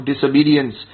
disobedience